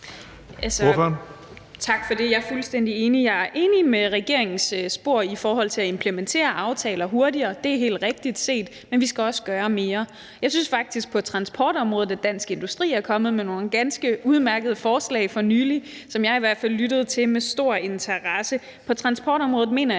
Tak for det. Jeg er fuldstændig enig, og jeg er enig i regeringens spor i forhold til at implementere aftaler hurtigere – det er helt rigtigt set – men vi skal også gøre mere. Jeg synes faktisk på transportområdet at Dansk Industri er kommet med nogle ganske udmærkede forslag for nylig, som jeg i hvert fald har lyttet til med stor interesse. På transportområdet mener jeg